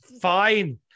Fine